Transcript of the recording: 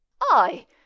I